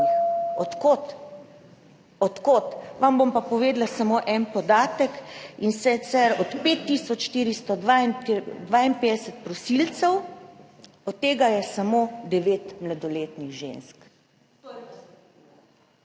od kod? Vam bom pa povedala samo en podatek in sicer od 5 tisoč 452 prosilcev, od tega je samo devet mladoletnih žensk.